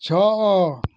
ଛଅ